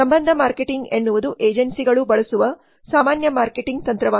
ಸಂಬಂಧ ಮಾರ್ಕೆಟಿಂಗ್ ಎನ್ನುವುದು ಏಜೆನ್ಸಿಗಳು ಬಳಸುವ ಸಾಮಾನ್ಯ ಮಾರ್ಕೆಟಿಂಗ್ ತಂತ್ರವಾಗಿದೆ